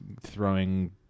throwing